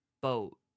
boat